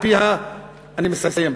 אני מסיים,